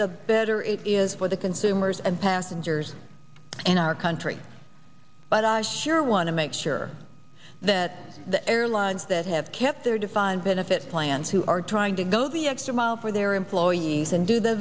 the better it is for the consumers and passengers in our country but i sure want to make sure that the airlines that have kept their defined benefit plans who are trying to go the extra mile for their employees and do the